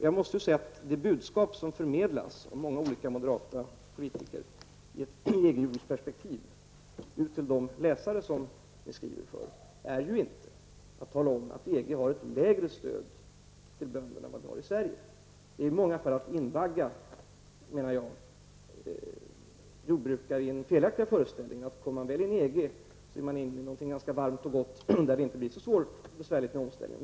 Jag måste säga att det budskap som förmedlas av många moderata politiker i ett EG-perspektiv till de läsare som ni skriver för inte är att EG har ett lägre stöd till bönderna än vad vi har i Sverige. Man invaggar i många fall jordbrukare i den felaktiga föreställningen att om vi väl kommer in i EG, är vi inne i något ganska varmt och gott och omställningen blir inte så svår och besvärlig.